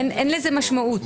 אין לזה משמעות.